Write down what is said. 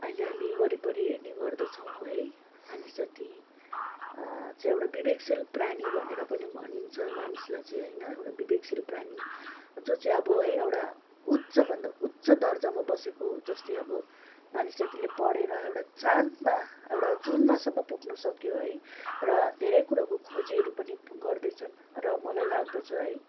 अहिले हामी वरिपरि हेर्ने गर्दछौँ है मानिस जाति चाहिँ एउटा विवेकशील प्राणी भनेर पनि भनिन्छ मानिसलाई चाहिँ होइन एउटा विवेकशील प्राणी जो चाहिँ अब है एउटा उच्चभन्दा उच्च दर्जामा बसेको जस्तै अब मानिस जातिले पढेर एउटा चाँदमा एउटा जुनमासम्म पुग्नु सक्यो है र धेरै कुरोको खोजीहरू पनि गर्दैछन् र मलाई लाग्दछ है